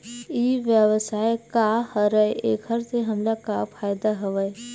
ई व्यवसाय का हरय एखर से हमला का फ़ायदा हवय?